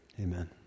Amen